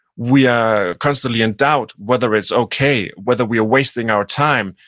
we are constantly in doubt whether it's okay, whether we're wasting our time,